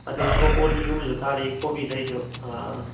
ꯑꯗꯩ ꯕ꯭ꯔꯣꯀꯣꯂꯤꯒꯨꯝꯕꯁꯨ ꯊꯥꯔꯤ ꯀꯣꯕꯤ ꯂꯩꯁꯨ